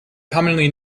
commonly